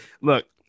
Look